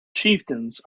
chieftains